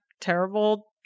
terrible